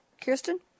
Kirsten